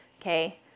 okay